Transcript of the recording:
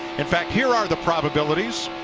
in fact, here are the probabilities.